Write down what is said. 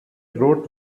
wrote